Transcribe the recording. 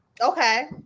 okay